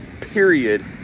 period